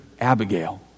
Abigail